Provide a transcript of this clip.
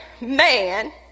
man